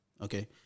Okay